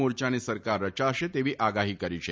મોરચાની સરકાર રચાશે તેવી આગાફી કરી છે